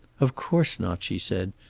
of course not, she said.